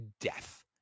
death